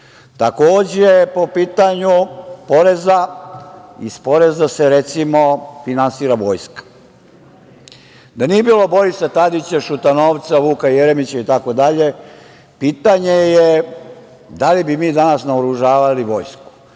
po pitanju poreza. Iz poreza se finansira Vojska. Da nije bilo Borisa Tadića, Šutanovca, Vuka Jeremića, itd. pitanje je - da li mi danas naoružavali Vojsku.